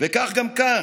וכך גם כאן,